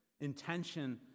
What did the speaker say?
intention